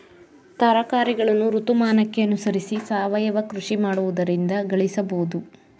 ತರಕಾರಿಗಳನ್ನು ಋತುಮಾನಕ್ಕೆ ಅನುಸರಿಸಿ ಸಾವಯವ ಕೃಷಿ ಮಾಡುವುದರಿಂದ ಗಳಿಸಬೋದು